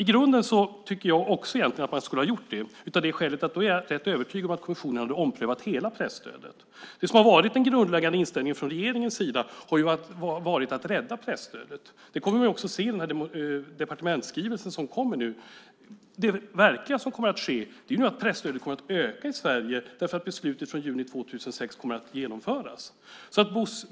I grunden tycker jag också egentligen att man skulle ha gjort det, av det skälet att jag är övertygad om att kommissionen då skulle ha omprövat hela presstödet. Det som har varit en grundläggande inställning från regeringens sida har ju varit att rädda presstödet. Det kommer vi också att se i den departementsskrivelse som kommer nu. Det som verkligen kommer att ske är ju att presstödet kommer att öka i Sverige, därför att beslutet från juni 2006 kommer att genomföras.